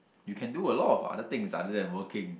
you can do a lot of other things other than working